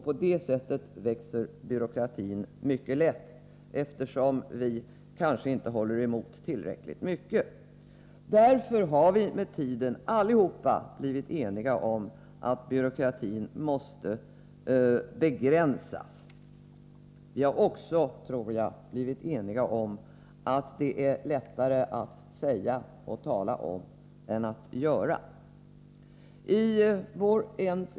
På det sättet växer byråkratin mycket lätt, eftersom vi inte håller emot tillräckligt. Därför har vi med tiden allihop blivit eniga om att byråkratin måste begränsas. Vi har också, tror jag, blivit eniga om att det är lättare att tala om detta än att göra någonting.